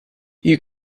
you